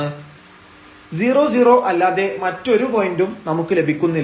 00 അല്ലാതെ മറ്റൊരു പോയന്റും നമുക്ക് ലഭിക്കുന്നില്ല